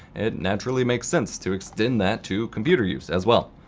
it naturally makes sense to extend that to computer use, as well.